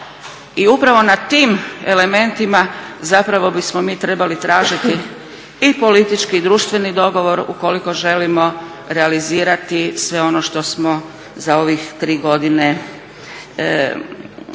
i upravo na tim elementima zapravo bismo mi trebali tražiti i politički i društveni dogovor ukoliko želimo realizirati sve ono što smo za ovih tri godine nekakvog